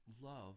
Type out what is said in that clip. love